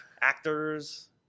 actors